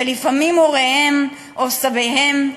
ולפעמים הוריהם או סביהם,